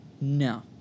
No